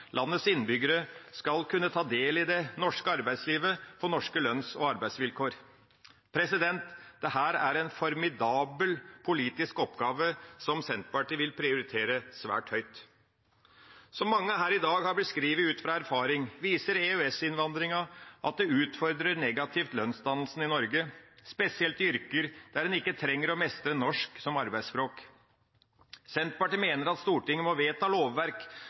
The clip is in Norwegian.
landets innbyggere skal kunne ta del i det norske arbeidslivet på norske lønns- og arbeidsvilkår. Dette er en formidabel politisk oppgave, som Senterpartiet vil prioritere svært høyt. Som mange her i dag har beskrevet ut fra erfaring, utfordrer EØS-innvandringa lønnsdannelsen i Norge negativt, spesielt i yrker der en ikke trenger å mestre norsk som arbeidsspråk. Senterpartiet mener at Stortinget for å unngå dette må vedta lovverk